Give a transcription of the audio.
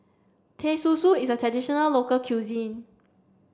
Teh Susu is a traditional local cuisine